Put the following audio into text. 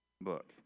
book